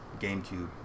GameCube